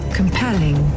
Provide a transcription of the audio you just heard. compelling